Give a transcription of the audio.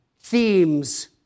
themes